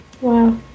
Wow